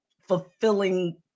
fulfilling